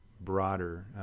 broader